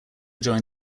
join